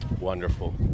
Wonderful